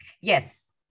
Yes